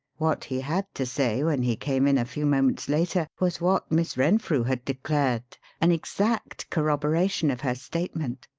what he had to say when he came in a few moments later was what miss renfrew had declared an exact corroboration of her statement.